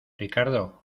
ricardo